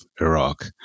Iraq